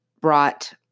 brought